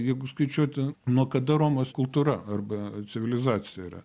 jeigu skaičiuoti nuo kada romos kultūra arba civilizacija yra